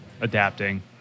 adapting